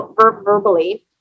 verbally